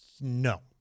No